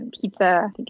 pizza